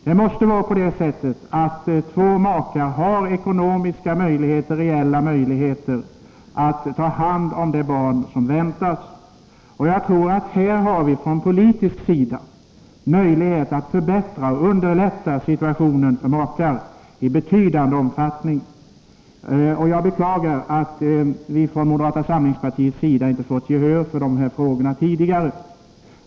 Det måste vara på det sättet att två makar skall ha reella ekonomiska möjligheter att ta hand om det barn som väntas. Jag tror att vi här från politisk sida har möjlighet att i betydande omfattning förbättra och underlätta situationen för makar. Jag beklagar att vi från moderata samlingspartiets sida inte har fått gehör för de här frågorna tidigare.